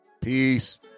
Peace